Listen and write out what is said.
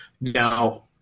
Now